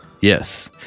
Yes